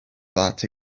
that